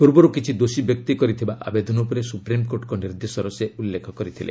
ପୂର୍ବରୁ କିଛି ଦୋଷୀ ବ୍ୟକ୍ତି କରିଥିବା ଆବେଦନ ଉପରେ ସୁପ୍ରିମ୍କୋର୍ଟଙ୍କ ନିର୍ଦ୍ଦେଶର ସେ ଉଲ୍ଲେଖ କରିଥିଲେ